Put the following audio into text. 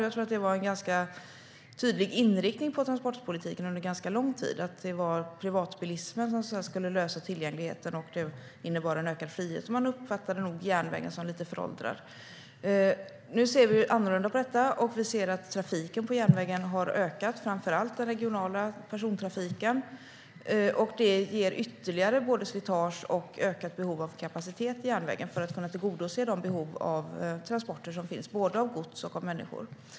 Jag tror att det var en tydlig inriktning hos transportpolitiken under ganska lång tid. Det var privatbilismen som skulle lösa tillgängligheten, och den innebar en ökad frihet. Man uppfattade nog järnvägen som lite föråldrad. Nu ser vi annorlunda på detta. Vi ser att trafiken på järnvägen har ökat, framför allt den regionala persontrafiken. Det ger både ytterligare slitage och ett ökat behov av kapacitet hos järnvägen för att kunna tillgodose de behov av transporter som finns när det gäller såväl gods som människor.